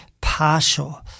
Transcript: partial